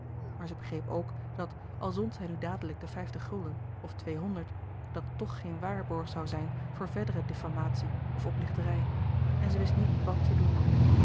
maar zij begreep ook dat al zond zij nu dadelijk de vijftig gulden of tweehonderd dat toch geen waarborg zoû zijn voor verdere diffamatie of oplichterij en zij wist niet wat te doen